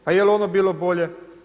Pa jel' ono bilo bolje?